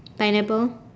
pineapple